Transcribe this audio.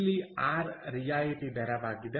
ಇಲ್ಲಿ ಆರ್ ರಿಯಾಯಿತಿ ದರವಾಗಿದೆ